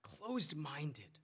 closed-minded